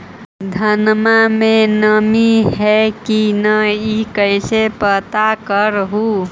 धनमा मे नमी है की न ई कैसे पात्र कर हू?